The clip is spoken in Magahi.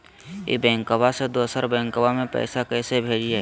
ई बैंकबा से दोसर बैंकबा में पैसा कैसे भेजिए?